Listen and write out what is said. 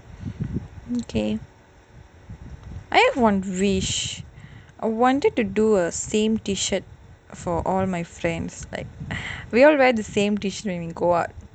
okay I have one wish I wanted to do a same T shirt for all my friends like we all wear the same T-shirt when we go out